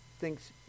thinks